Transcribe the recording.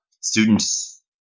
students